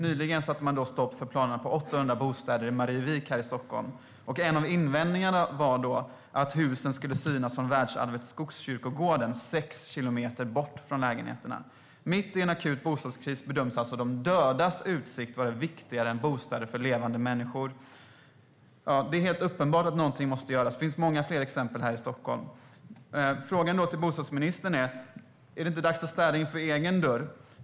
Nyligen sattes stopp för planerna på 800 bostäder i Marievik i Stockholm. En av invändningarna var att husen skulle synas från världsarvet Skogskyrkogården - sex kilometer bort från lägenheterna. Mitt i en akut bostadskris bedöms de dödas utsikt vara viktigare än bostäder för levande människor. Det är helt uppenbart att något måste göras. Det finns många fler exempel i Stockholm. Är det inte dags att sopa rent framför egen dörr?